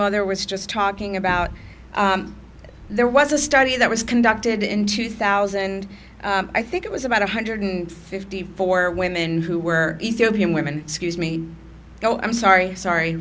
mother was just talking about there was a study that was conducted in two thousand i think it was about one hundred fifty four women who were ethiopian women scuse me oh i'm sorry sorry